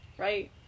Right